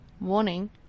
Warning